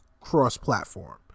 cross-platform